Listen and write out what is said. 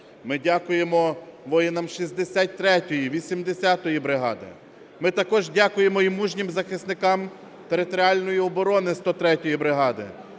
Ми дякуємо воїнам 63-ї, 80-ї бригади. Ми також дякуємо і мужнім захисникам територіальної оборони 103-ї бригади,